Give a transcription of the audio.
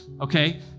okay